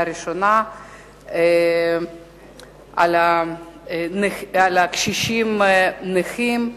ראשונה על הצעת חוק למען הקשישים הנכים,